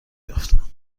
یافتم